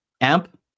amp